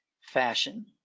fashion